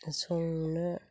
संनो